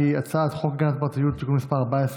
ההצעה להעביר את הצעת חוק הגנת הפרטיות (תיקון מס' 14),